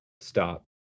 stop